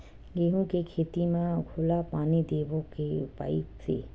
गेहूं के खेती म घोला पानी देबो के पाइप से?